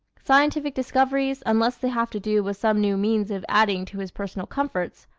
scientific discoveries, unless they have to do with some new means of adding to his personal comforts,